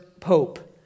pope